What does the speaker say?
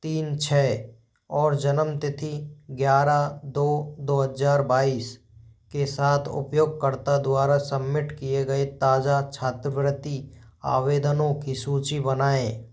तीन छः और जन्मतिथि ग्यारह दो दो हज़ार बाईस के सात उपयोगकर्ता द्वारा सम्मिट किए गए ताज़ा छातवृति आवेदनों की सूची बनाऍं